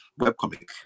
webcomic